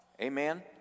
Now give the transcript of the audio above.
Amen